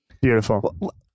Beautiful